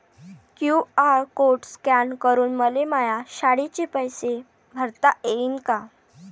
QR code scan करून मले माया शाळेचे पैसे भरता येईन का?